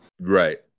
Right